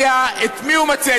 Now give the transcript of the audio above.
שמציע, את מי הוא מציע?